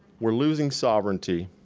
we're losing sovereignty,